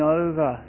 over